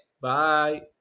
Bye